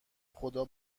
خدا